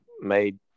made